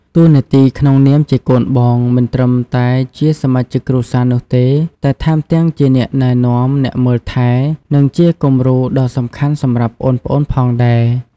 តួនាទីក្នុងនាមជាកូនបង មិនត្រឹមតែជាសមាជិកគ្រួសារនោះទេ តែថែមទាំងជាអ្នកណែនាំ អ្នកមើលថែ និងជាគំរូដ៏សំខាន់សម្រាប់ប្អូនៗផងដែរ។